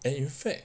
and in fact